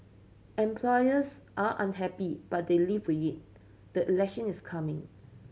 employers are unhappy but they live it the election is coming